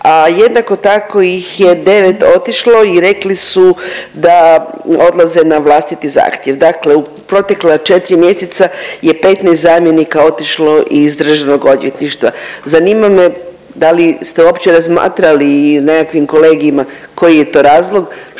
jednako tako ih je 9 otišlo i rekli su da odlaze na vlastiti zahtjev. Dakle, u protekla 4 mjeseca je 15 zamjenika otišlo iz državnog odvjetništva. Zanima me da li ste uopće razmatrali i na nekakvim kolegijima koji je to razlog, što